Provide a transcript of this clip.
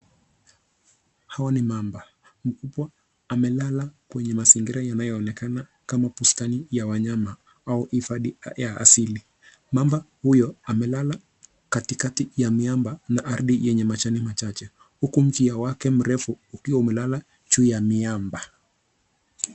Hawa ni mamba. Mkubwa amelala kwenye mazingira yanayoonekana kama bustani ya wanyama au hifadhi ya asili. Mamba huyo amelala katikati ya miamba na ardhi yenye majani machache, huku mkia wake mrefu ukiwa umelala juu ya miamba.